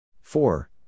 four